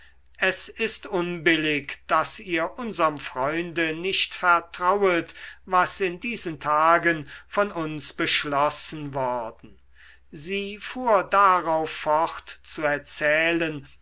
es ist unbillig daß ihr unserm freunde nicht vertrauet was in diesen tagen von uns beschlossen worden sie fuhr darauf fort zu erzählen